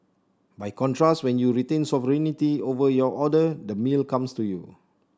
by contrast when you retain sovereignty over your order the meal comes to you